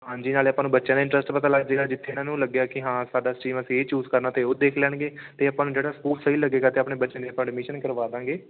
ਹਾਂਜੀ ਨਾਲੇ ਆਪਾਂ ਨੂੰ ਬੱਚਿਆਂ ਦੇ ਇੰਟਰਸਟ ਪਤਾ ਲੱਗ ਜਾਏਗਾ ਜਿੱਥੇ ਇਹਨਾਂ ਨੂੰ ਲੱਗਿਆ ਕਿ ਹਾਂ ਸਾਡਾ ਸਟਰੀਮ ਅਸੀਂ ਇਹ ਚੂਜ ਕਰਨਾ ਅਤੇ ਉਹ ਦੇਖ ਲੈਣਗੇ ਅਤੇ ਆਪਾਂ ਨੂੰ ਜਿਹੜਾ ਸਕੂਲ ਸਹੀ ਲੱਗੇਗਾ ਅਤੇ ਆਪਣੇ ਬੱਚਿਆਂ ਦੀ ਆਪਾਂ ਐਡਮਿਸ਼ਨ ਕਰਵਾ ਦਾਂਗੇ